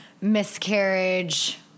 miscarriage